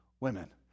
women